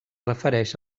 refereix